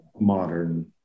modern